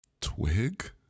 twig